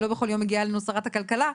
כי לא בכל יום מגיעה אלינו שרת הכלכלה.